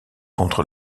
contre